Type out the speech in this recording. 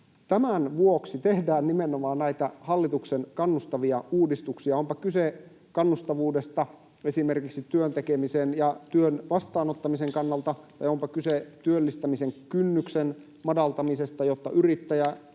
tämän vuoksi tehdään näitä hallituksen kannustavia uudistuksia — onpa kyse kannustavuudesta esimerkiksi työn tekemisen ja työn vastaanottamisen kannalta, onpa kyse työllistämisen kynnyksen madaltamisesta, jotta yrittäjä